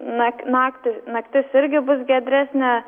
nak naktį naktis irgi bus giedresnė